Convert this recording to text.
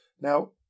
Now